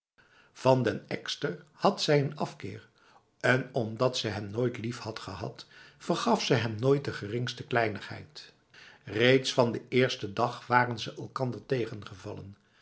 van den ekster had zij een afkeer en omdat ze hem nooit lief had gehad vergaf ze hem nooit de geringste kleinigheid reeds van de eerste dag waren ze elkaar tegengevallen